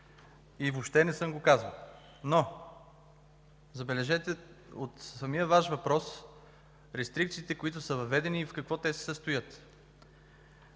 и въобще не съм го казал. Забележете, от самия Ваш въпрос рестрикциите, които са въведени и в какво те се състоят: